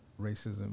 racism